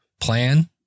Plan